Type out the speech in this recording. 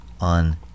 on